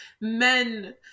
men